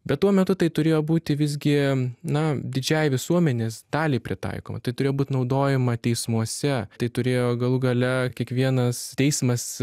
bet tuo metu tai turėjo būti visgi na didžiajai visuomenės daliai pritaikoma tai turėjo būt naudojama teismuose tai turėjo galų gale kiekvienas teismas